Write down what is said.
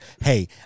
hey